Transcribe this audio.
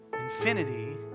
infinity